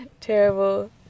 terrible